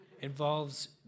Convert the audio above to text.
involves